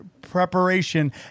preparation